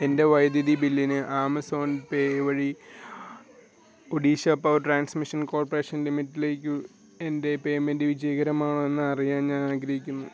എൻ്റെ വൈദ്യുതി ബില്ലിന് ആമസോൺ പേ വഴി ഒഡീഷ പവർ ട്രാൻസ്മിഷൻ കോർപ്പറേഷൻ ലിമിറ്റിലേക്ക് എൻ്റെ പേയ്മെൻ്റ് വിജയകരമാണോ എന്നറിയാൻ ഞാൻ ആഗ്രഹിക്കുന്നു